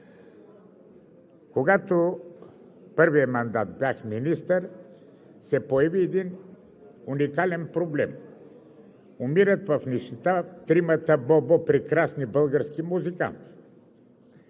Когато първият мандат бях министър, се появи един уникален проблем – умират в нищета тримата „Бо Бо Бо“, прекрасни български музиканти.